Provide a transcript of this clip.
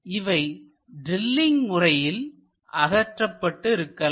இவை ட்ரில்லிங் முறையில் அகற்றப்பட்டு இருக்கலாம்